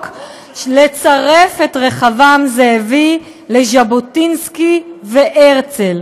לצרף את רחבעם זאבי לז'בוטינסקי והרצל.